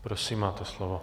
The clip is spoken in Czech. Prosím, máte slovo.